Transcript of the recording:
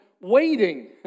waiting